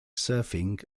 surfing